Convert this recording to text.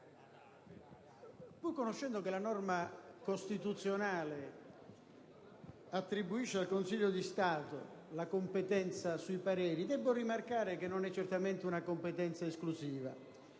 pur sapendo che la norma costituzionale attribuisce al Consiglio di Stato la competenza sui pareri, debbo rimarcare che non si tratta certamente di una competenza esclusiva,